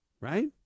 right